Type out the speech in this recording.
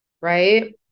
right